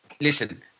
listen